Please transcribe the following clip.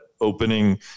opening